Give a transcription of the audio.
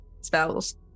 spells